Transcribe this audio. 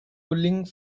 pulling